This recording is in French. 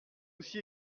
aussi